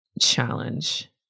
challenge